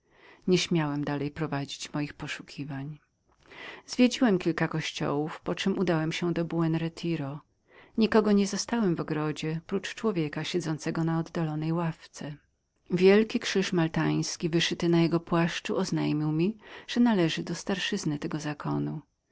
szatana nieśmiałem dalej przedsiębrać moich poszukiwań zwiedziłem kilka kościołów poczem udałem się do buen retiro nikogo nie zastałem w ogrodzie prócz człowieka siedzącego na oddalonej ławce wielki krzyż maltański wyszyty na jego płaszczu oznajmiał mi że należał do starszyzny tego zakonu